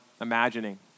imagining